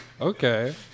Okay